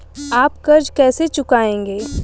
आप कर्ज कैसे चुकाएंगे?